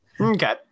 Okay